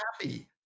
happy